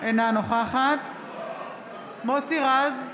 אינה נוכחת מוסי רז,